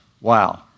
wow